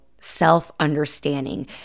self-understanding